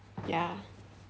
ya